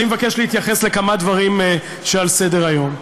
אני מבקש להתייחס לכמה דברים שעל סדר-היום.